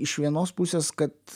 iš vienos pusės kad